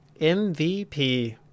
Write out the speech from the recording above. MVP